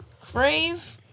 Crave